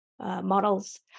models